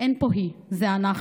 אין פה "היא", זה אנחנו.